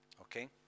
Okay